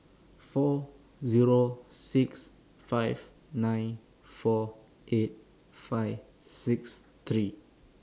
four Zero six five nine four eight five six three